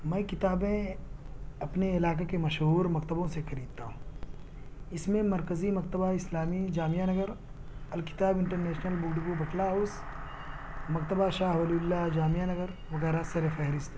میں کتابیں اپنے علاقے کے مشہور مکتبوں سے خریدتا ہوں اس میں Markazi Maktaba Islami Jamia Nagar Al-Kitab International Book Depot Batla House Maktaba Shah Wali Allah Jamia Nagar وغیرہ سر فہرست ہیں